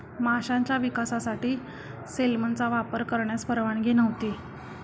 माशांच्या विकासासाठी सेलमनचा वापर करण्यास परवानगी नव्हती